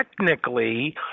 technically